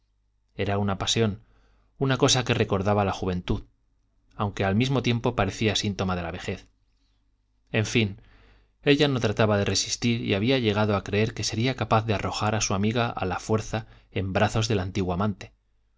era una pasión una cosa que recordaba la juventud aunque al mismo tiempo parecía síntoma de la vejez en fin ella no trataba de resistir y había llegado a creer que sería capaz de arrojar a su amiga a la fuerza en brazos del antiguo amante